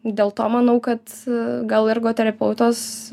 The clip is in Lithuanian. dėl to manau kad gal ergoterapeutas